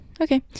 okay